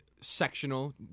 sectional